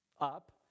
up